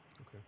Okay